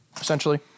essentially